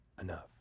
enough